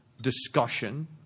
discussion